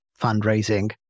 fundraising